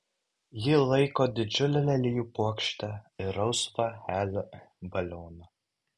ji laiko didžiulę lelijų puokštę ir rausvą helio balioną